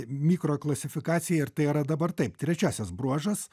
mikro klasifikaciją ir tai yra dabar taip trečiasis bruožas